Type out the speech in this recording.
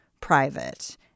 private